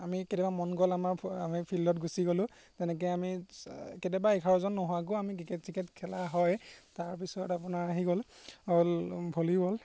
আমি কেতিয়াবা মন গ'ল আমাৰ আমি ফিল্ডত গুচি গ'লোঁ তেনেকৈ আমি কেতিয়াবা এঘাৰজন নোহোৱাকৈও আমি ক্ৰিকেট চিকেট খেলা হয় তাৰপিছত আপোনাৰ আহি গ'ল হ'ল ভলীবল